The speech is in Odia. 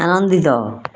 ଆନନ୍ଦିତ